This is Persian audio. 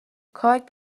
کاگب